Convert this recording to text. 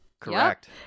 Correct